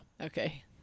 Okay